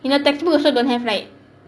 in the textbook also don't have right